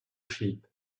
sheep